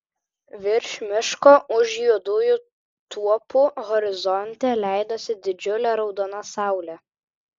virš miško už juodųjų tuopų horizonte leidosi didžiulė raudona saulė